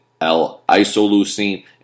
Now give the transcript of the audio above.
L-isoleucine